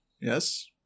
Yes